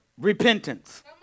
repentance